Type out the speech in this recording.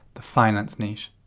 the finance niche.